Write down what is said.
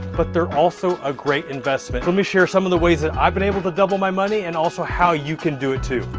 but they're also a great investment. let me share some of the ways that i've been able to double my money and also how you can do it too.